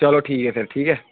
चलो ठीक ऐ फिर ठीक ऐ